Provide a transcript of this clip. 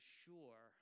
sure